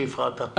שהפרעת,